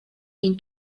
been